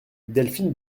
delphine